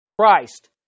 Christ